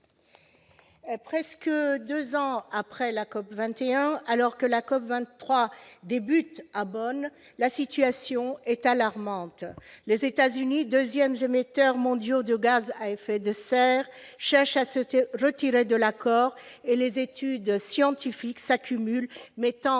presque deux ans après la COP21, alors que la COP23 débute à Bonn, la situation est alarmante : les États-Unis, deuxième émetteur mondial de gaz à effet de serre, cherchent à se retirer de l'accord et les études scientifiques s'accumulent qui mettent